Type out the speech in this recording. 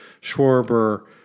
Schwarber